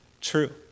true